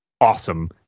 awesome